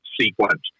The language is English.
sequence